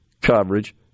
coverage